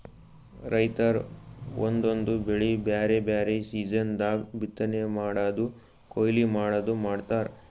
ರೈತರ್ ಒಂದೊಂದ್ ಬೆಳಿ ಬ್ಯಾರೆ ಬ್ಯಾರೆ ಸೀಸನ್ ದಾಗ್ ಬಿತ್ತನೆ ಮಾಡದು ಕೊಯ್ಲಿ ಮಾಡದು ಮಾಡ್ತಾರ್